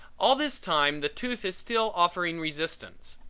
all this time the tooth is still offering resistance,